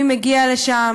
מי מגיע לשם?